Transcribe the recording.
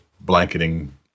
blanketing